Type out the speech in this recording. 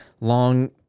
long-